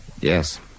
Yes